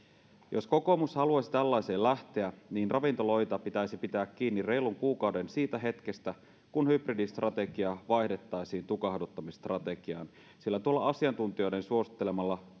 jos kokoomus haluaisi tällaiseen lähteä niin ravintoloita pitäisi pitää kiinni reilun kuukauden siitä hetkestä kun hybridistrategia vaihdettaisiin tukahduttamisstrategiaan sillä tuolla asiantuntijoiden suosittelemalla